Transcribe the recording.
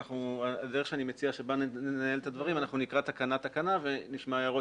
אני מציע שנקרא תקנה תקנה ונשמע הערות,